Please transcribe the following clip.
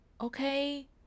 Okay